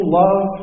love